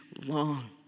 long